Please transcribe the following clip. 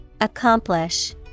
Accomplish